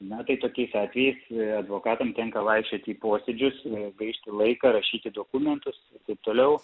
na tai tokiais atvejais advokatam tenka vaikščioti į posėdžius gaišti laiką rašyti dokumentus taip toliau